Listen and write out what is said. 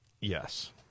Yes